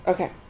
Okay